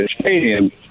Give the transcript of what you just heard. Stadium